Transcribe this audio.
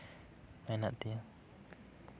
ᱢᱮᱱᱟᱜ ᱛᱤᱧᱟᱹ